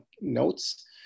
Notes